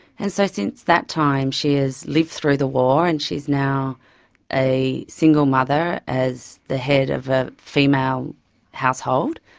and so since that time she has lived through the war and she is now a single mother as the head of a female household,